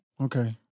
Okay